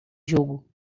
jogo